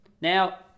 Now